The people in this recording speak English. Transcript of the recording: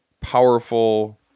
powerful